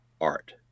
art